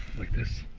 like this